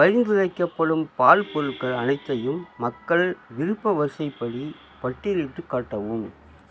பரிந்துரைக்கப்படும் பால் பொருட்கள் அனைத்தையும் மக்கள் விருப்ப வரிசைப்படி பட்டியலிட்டுக் காட்டவும்